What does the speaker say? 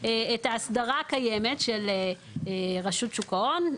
את ההסדרה הקיימת של רשות שוק ההון,